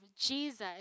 Jesus